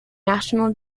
national